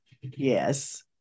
Yes